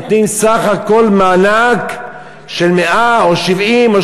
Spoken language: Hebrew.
נותנים סך הכול מענק של 100,000 או 70,000